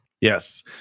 Yes